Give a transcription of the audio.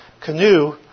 canoe